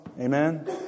amen